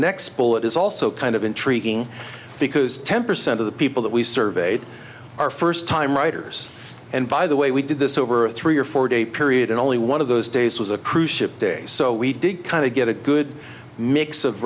next bullet is also kind of intriguing because ten percent of the people that we surveyed are first time writers and by the way we did this over a three or four day period and only one of those days was a cruise ship days so we did kind of get a good mix of